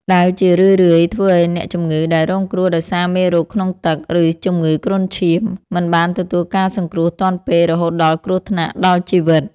ដែលជារឿយៗធ្វើឱ្យអ្នកជំងឺដែលរងគ្រោះដោយសារមេរោគក្នុងទឹក ឬជំងឺគ្រុនឈាម មិនបានទទួលការសង្គ្រោះទាន់ពេលរហូតដល់គ្រោះថ្នាក់ដល់ជីវិត។